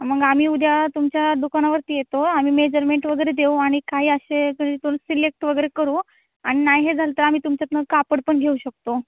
मग आम्ही उद्या तुमच्या दुकानावरती येतो आम्ही मेजरमेंट वगैरे देऊ आणि काही असे तून सिलेक्ट वगैरे करू आणि नाही हे झालं तर आम्ही तुमच्यातून कापड पण घेऊ शकतो